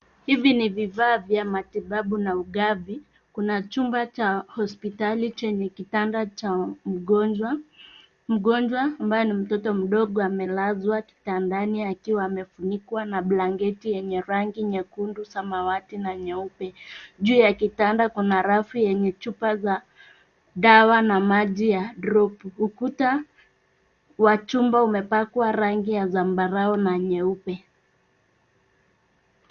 Hivi ni vifaa vya matibabu na ugavi. Kuna chumba cha hospitali chenye kitanda cha mgonjwa. Mgonjwa ambaye ni mtoto mdogo amelazwa kitandani, akiwa amefunikwa na blanketi yenye rangi nyekundu, samawati na nyeupe. Juu ya kitanda kuna rafu yenye chupa za dawa na maji ya dropu. Ukuta wa chumba umepakwa rangi ya zambarau na nyeupe.